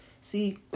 See